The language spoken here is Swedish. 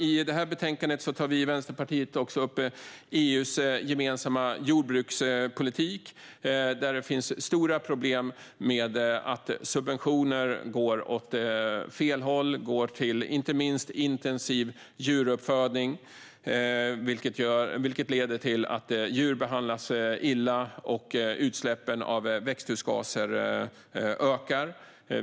I det här betänkandet tar vi i Vänsterpartiet också upp EU:s gemensamma jordbrukspolitik där det finns stora problem med att subventioner går åt fel håll och går till inte minst intensiv djuruppfödning, vilket leder till att djur behandlas illa och utsläppen av växthusgaser ökar.